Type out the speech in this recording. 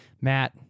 Matt